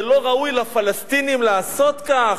זה לא ראוי לפלסטינים לעשות כך.